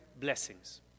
blessings